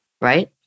right